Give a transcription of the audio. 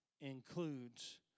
includes